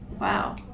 Wow